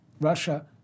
Russia